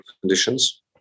conditions